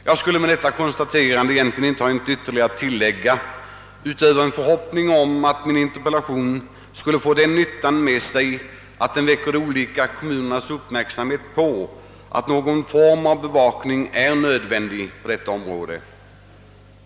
Jag skulle med detta konstaterande egentligen inte ha något att tillägga utöver en förhoppning om att min interpellation skulle få den nyttan med sig, att den riktar kommunernas uppmärksamhet på att någon form av bevakning är nödvändig på detta område.